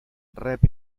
rep